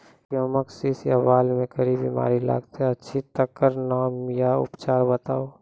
गेहूँमक शीश या बाल म कारी बीमारी लागतै अछि तकर नाम आ उपचार बताउ?